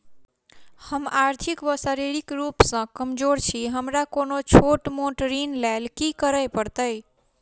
हम आर्थिक व शारीरिक रूप सँ कमजोर छी हमरा कोनों छोट मोट ऋण लैल की करै पड़तै?